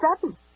sudden